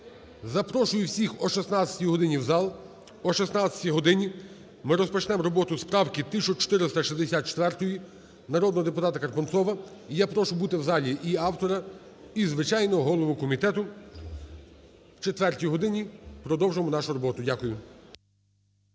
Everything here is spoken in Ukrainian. Запрошую всіх о 16 годині в зал. О 16 годині ми розпочнемо роботу з правки 1464-ї народного депутата Карпунцова. І я прошу бути в залі і автора, і, звичайно, голову комітету. О четвертій годині продовжимо нашу роботу. Дякую.